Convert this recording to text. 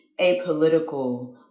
apolitical